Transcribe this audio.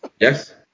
Yes